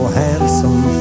handsome